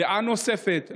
דעה נוספת,